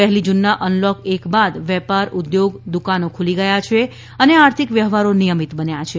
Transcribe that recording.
પહેલી જુનના અનલોક એક બાદ વેપાર ઉદ્યોગ દુકાનો ખુલી ગયા છે અને આર્થિક વ્ય્વહારો નિયમિત બન્યા છે